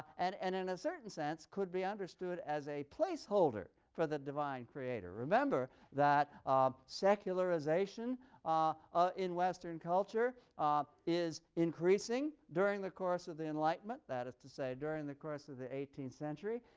and and in a certain sense could be understood as a placeholder for the divine creator. remember that um secularization ah ah in western culture ah is increasing during the course of the enlightenment that is to say, during the course of the eighteenth century,